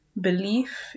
belief